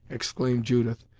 exclaimed judith,